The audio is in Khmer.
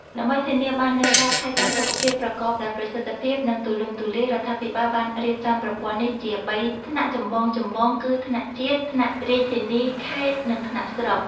ដើម្បីធានាបាននូវការថែទាំសុខភាពប្រកបដោយប្រសិទ្ធភាព និងទូលំទូលាយ រដ្ឋាភិបាលបានរៀបចំប្រព័ន្ធនេះជា បីថ្នាក់ចម្បងៗគឺ ថ្នាក់ជាតិ ថ្នាក់រាជធានី/ខេត្ត និងថ្នាក់ស្រុក។